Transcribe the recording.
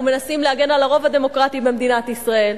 אנחנו מנסים להגן על מדינת ישראל,